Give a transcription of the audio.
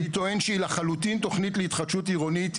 אני טוען שהיא לחלוטין תכנית להתחדשות עירוני.